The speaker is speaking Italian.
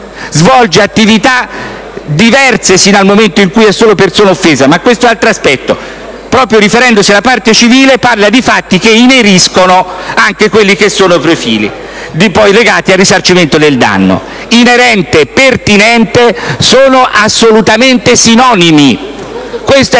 Svolge attività diverse sino al momento in cui è solo persona offesa, ma quest'altro aspetto, proprio riferendosi alla parte civile, parla di fatti che ineriscono anche quelli che sono i profili poi legati al risarcimento del danno. Inerente e pertinente sono assolutamente sinonimi.